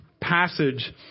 passage